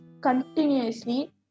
continuously